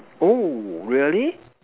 oh really